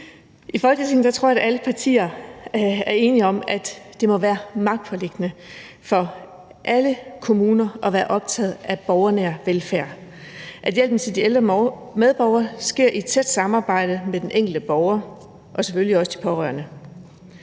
I Folketinget tror jeg alle partier er enige om, at det må være magtpåliggende for alle kommuner at være optaget af borgernær velfærd, at hjælpen til de ældre medborgere sker i et tæt samarbejde med den enkelte borger og selvfølgelig også de pårørende.